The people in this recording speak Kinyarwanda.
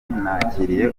nakiriye